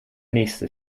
nächste